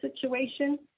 situation